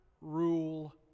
rule